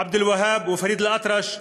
עבד-אלוהאב ופריד אלאטרש,